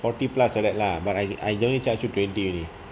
forty plus like that lah but I I only charge you twenty